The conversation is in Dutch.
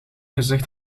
gezegd